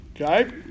Okay